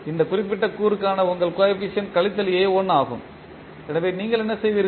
இந்த குறிப்பிட்ட கூறுக்கான உங்கள் கோஎபிசியன்ட் கழித்தல் a1 ஆகும் எனவே நீங்கள் என்ன செய்வீர்கள்